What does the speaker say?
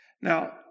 Now